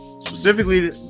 Specifically